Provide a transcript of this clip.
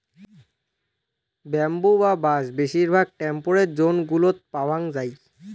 bamboo বা বাঁশ বেশিরভাগ টেম্পেরেট জোন গুলোত পাওয়াঙ যাই